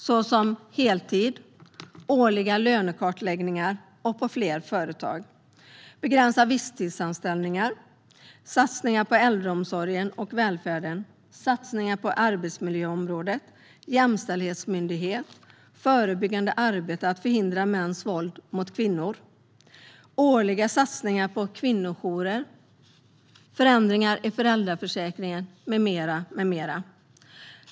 Det handlar om heltid, årliga lönekartläggningar på fler företag, begränsning av visstidsanställningarna, satsningar på äldreomsorgen och välfärden, satsningar på arbetsmiljöområdet, en jämställdhetsmyndighet, förebyggande arbete för att förhindra mäns våld mot kvinnor, årliga satsningar på kvinnojourer, förändringar i föräldraförsäkringen med mera.